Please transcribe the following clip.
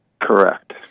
correct